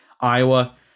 Iowa